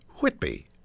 Whitby